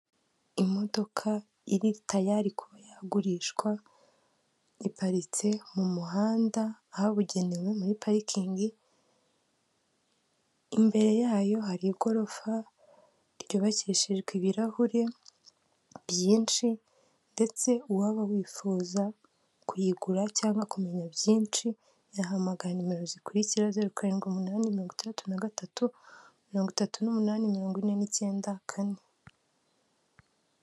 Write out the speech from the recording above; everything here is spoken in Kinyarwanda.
Imodoka iri tayari kuba yagurishwa, iparitse mu muhanda ahabugenewe muri parikingi, imbere yayo hari igorofa ryubakishijwe ibirahure byinshi ndetse uwaba wifuza kuyigura cyangwa kumenya byinshi yahamagara nimero zikurikira zeru karindwi umunani mirongo itandatu na gatatu mirongo itatu n'umunani mirongo ine n'icyenda kane.